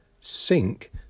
sink